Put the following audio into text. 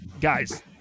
guys